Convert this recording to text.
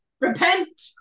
Repent